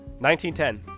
1910